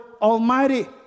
Almighty